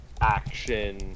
action